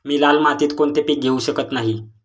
मी लाल मातीत कोणते पीक घेवू शकत नाही?